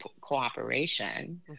cooperation